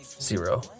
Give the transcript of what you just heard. Zero